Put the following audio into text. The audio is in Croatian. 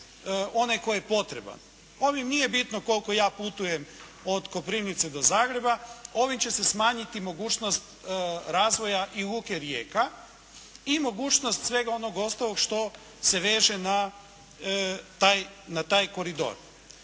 onaj koji je potreban. Ovim nije bitno koliko ja putujem od Koprivnice do Zagreba. Ovim će se smanjiti mogućnost razvoja i luke Rijeka i mogućnost svega onog ostalog što se veže na taj koridor.